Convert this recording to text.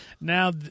Now